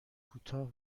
کوتاه